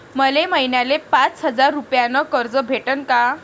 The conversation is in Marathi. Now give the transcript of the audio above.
मले महिन्याले पाच हजार रुपयानं कर्ज भेटन का?